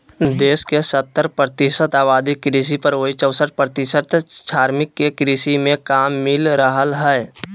देश के सत्तर प्रतिशत आबादी कृषि पर, वहीं चौसठ प्रतिशत श्रमिक के कृषि मे काम मिल रहल हई